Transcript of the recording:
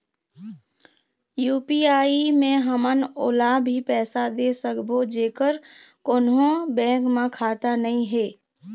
UPI मे हमन ओला भी पैसा दे सकबो जेकर कोन्हो बैंक म खाता नई हे?